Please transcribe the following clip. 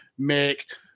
make